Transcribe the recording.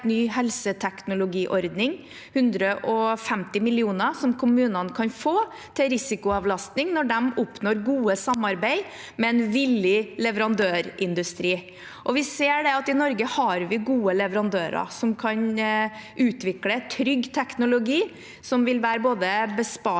en helt ny helseteknologiordning, 150 mill. kr som kommunene kan få til risikoavlastning når de oppnår gode samarbeid med en villig leverandørindustri. Vi ser at vi i Norge har gode leverandører som kan utvikle trygg teknologi som vil være både besparende for